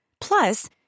Plus